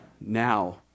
now